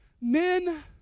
Men